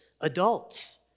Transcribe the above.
adults